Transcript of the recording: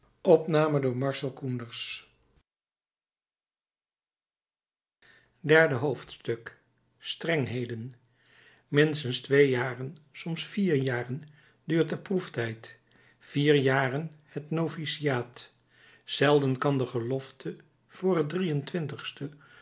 derde hoofdstuk strengheden minstens twee jaren soms vier jaren duurt de proeftijd vier jaren het noviciaat zelden kan de gelofte voor het